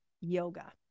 Yoga